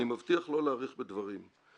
אני מבטיח לא להאריך בדברים.